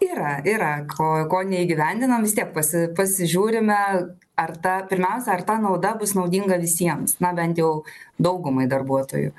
yra yra ko ko neįgyvendinam vis tiek pasi pasižiūrime ar ta pirmiausia ar ta nauda bus naudinga visiems na bent jau daugumai darbuotojų